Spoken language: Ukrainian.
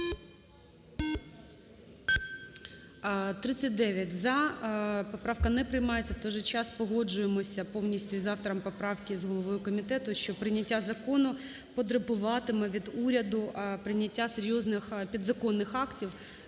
За-39 Поправка не приймається. В той же час погоджуємося повністю з автором поправки, з головою комітету, що прийняття закону потребуватиме від уряду прийняття серйозних підзаконних актів,